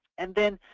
and then,